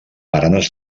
baranes